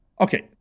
Okay